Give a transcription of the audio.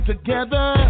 together